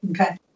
Okay